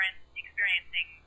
experiencing